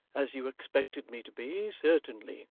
as you expected me to be, certainly